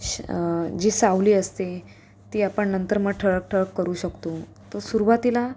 श जी सावली असते ती आपण नंतर मग ठळक ठळक करू शकतो तर सुरुवातीला